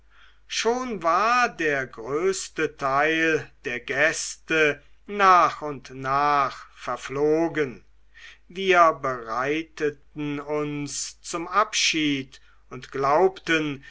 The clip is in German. schon war der größte teil der gäste nach und nach verflogen wir bereiteten uns zum abschied und glaubten